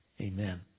Amen